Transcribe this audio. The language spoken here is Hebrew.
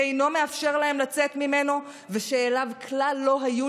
שאינו מאפשר להם לצאת ממנו ושאליו כלל לא היו